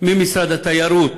ממשרד התיירות